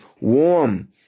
warm